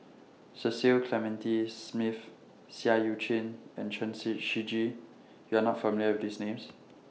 Cecil Clementi Smith Seah EU Chin and Chen Say Shiji YOU Are not familiar with These Names